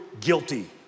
guilty